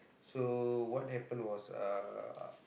so what happened was uh